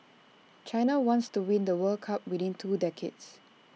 China wants to win the world cup within two decades